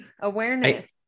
awareness